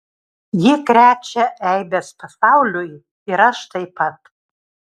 ji krečia eibes pasauliui ir aš taip pat